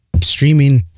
streaming